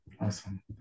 Awesome